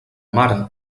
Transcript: mare